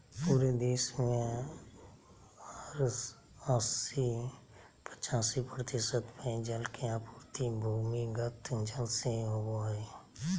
पूरे देश में अस्सी पचासी प्रतिशत पेयजल के आपूर्ति भूमिगत जल से होबय हइ